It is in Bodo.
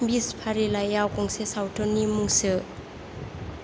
विश फारिलाइआव गंसे सावथुननि मुं सो